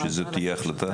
שזו תהיה ההחלטה?